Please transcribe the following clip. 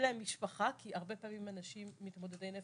אין להם משפחה, כי הרבה פעמים אנשים מתמודדי נפש,